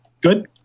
Good